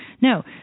No